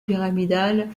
pyramidal